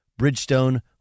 Bridgestone